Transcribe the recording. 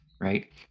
right